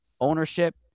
Ownership